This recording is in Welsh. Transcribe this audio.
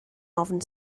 ofn